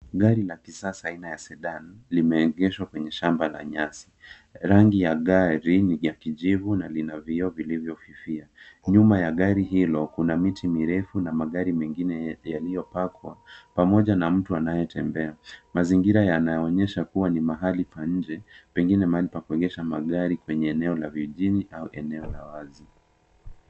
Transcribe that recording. Gari la kisasa aina ya Sedan limeegeshwa kwenye shamba la nyasi. Rangi ya gari ni ya kijivu na lina vioo vilivyofifia. Nyuma ya gari hilo kuna miti mirefu na magari mengine yaliyopakwa pamoja na mtu anayetembea. Mazingira yanayoonyesha kuwa ni mahali pa nje pengine mahali pa kuegesha magari kwenye eneo la vijijini au eneo la wazi.